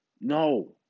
No